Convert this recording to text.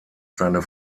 seine